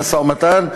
במשא-ומתן,